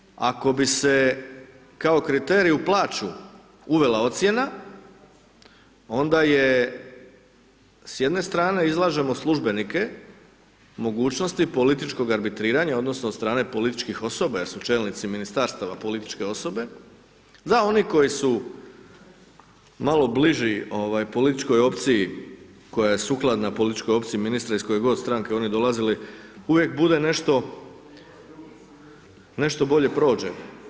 I s druge strane, ako bi se kao kriterij u plaću uvela ocjena, onda je, s jedne strane izlažemo službenike mogućnosti političkog arbitriranja odnosno od strane političkih osoba jer su čelnici Ministarstava političke osobe, da oni koji su malo bliži političkoj opciji, koja je sukladna političkoj opciji ministra iz koje god stranke oni dolazili, uvijek bude nešto, nešto bolje prođe.